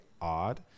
odd